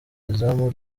izamu